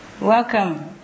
Welcome